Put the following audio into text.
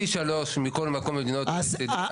פי שלוש מכל מקום במדינות ה-OECD.